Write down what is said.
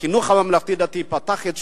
החינוך הממלכתי-דתי פתח את שעריו,